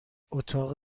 اتاق